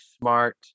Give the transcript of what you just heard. smart